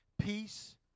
peace